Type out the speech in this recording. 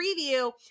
preview